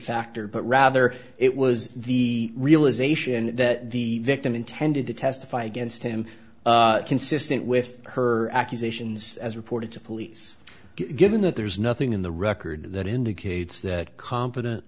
factor but rather it was the realization that the victim intended to testify against him consistent with her accusations as reported to police given that there's nothing in the record that indicates that